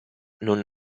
non